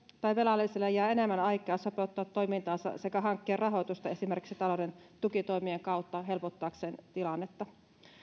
tai velalliselle jää enemmän aikaa sopeuttaa toimintaansa sekä hankkia rahoitusta esimerkiksi talouden tukitoimien kautta helpottaakseen tilannetta